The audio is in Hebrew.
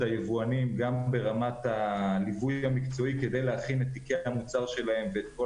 היבואנים גם ברמת הליווי המקצועי כדי להכין את תיקי המוצר שלהם ואת כל